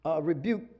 rebuke